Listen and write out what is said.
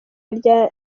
rya